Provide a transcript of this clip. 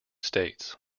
states